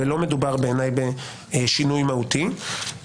ולא מדובר בעיניי בשינוי מהותי,